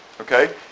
Okay